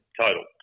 total